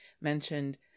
mentioned